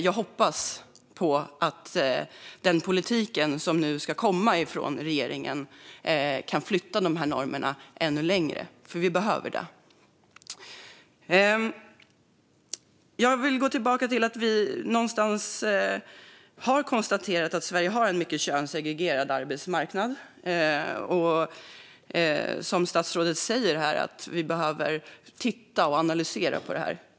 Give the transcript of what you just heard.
Jag hoppas på att den politik som nu ska komma från regeringen kan flytta dessa normer ännu längre, för vi behöver det. Jag vill gå tillbaka till att vi har konstaterat att Sverige har en mycket könssegregerad arbetsmarknad. Som statsrådet säger behöver vi titta på och analysera detta.